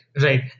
right